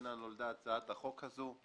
וממנה נולדה הצעת החוק הזאת.